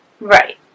Right